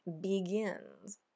begins